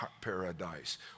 Paradise